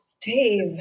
Dave